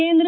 ಕೇಂದ್ರ